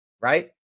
right